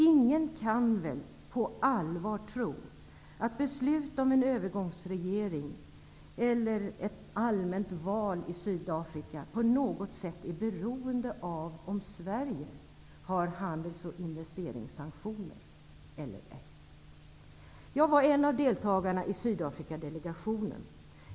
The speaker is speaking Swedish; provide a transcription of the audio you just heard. Ingen kan väl på allvar tro att beslut om en övergångsregering eller ett allmänt val i Sydafrika på något sätt är beroende av om Sverige har handels och investeringssanktioner eller ej. Jag var en av deltagarna i Sydafrikadelegationen.